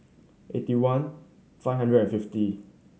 eighty one five hundred and fifty